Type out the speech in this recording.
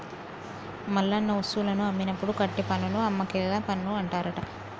మల్లన్న వస్తువులను అమ్మినప్పుడు కట్టే పన్నును అమ్మకేల పన్ను అంటారట